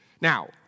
Now